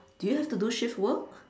do you have to do shift work